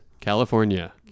California